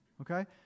okay